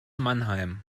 mannheim